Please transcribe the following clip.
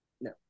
no